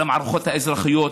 למערכות האזרחיות,